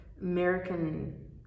American